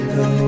go